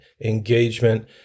engagement